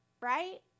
right